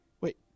Wait